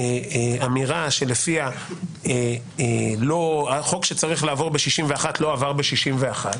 אמירה שלפיה החוק שצריך לעבור ב-61 לא עבר ב-61,